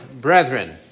brethren